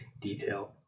detail